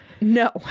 no